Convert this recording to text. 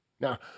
Now